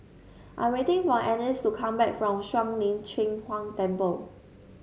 I'm waiting for Annis to come back from Shuang Lin Cheng Huang Temple